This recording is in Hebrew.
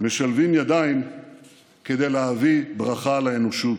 משלבים ידיים כדי להביא ברכה לאנושות.